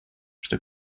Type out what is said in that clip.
что